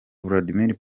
vladmir